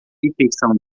refeição